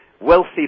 wealthy